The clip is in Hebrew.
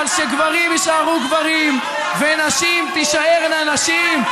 אבל שגברים יישארו גברים ונשים תישארנה נשים,